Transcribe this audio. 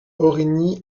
origny